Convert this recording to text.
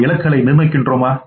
நாம் இலக்குகளை நிர்ணயிக்கிறோமா